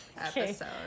episode